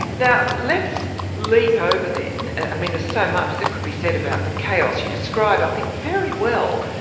now, let's leap over, then i mean there's so much that could be said about the chaos you describe, i think, very well,